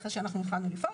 אחרי שאנחנו התחלנו לפעול,